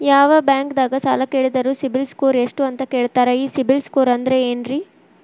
ಯಾವ ಬ್ಯಾಂಕ್ ದಾಗ ಸಾಲ ಕೇಳಿದರು ಸಿಬಿಲ್ ಸ್ಕೋರ್ ಎಷ್ಟು ಅಂತ ಕೇಳತಾರ, ಈ ಸಿಬಿಲ್ ಸ್ಕೋರ್ ಅಂದ್ರೆ ಏನ್ರಿ?